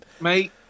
mate